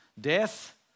death